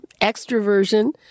extroversion